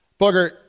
Booger